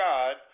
God